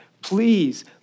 please